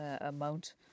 amount